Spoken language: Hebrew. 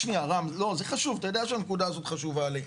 רם, זה חשוב, אתה יודע שהנקודה הזאת חשובה לי.